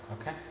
Okay